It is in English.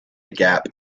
gap